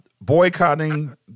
boycotting